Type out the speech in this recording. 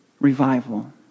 revival